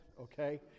okay